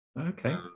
okay